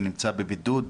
שנמצא בבידוד.